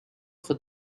for